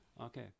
Okay